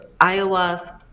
Iowa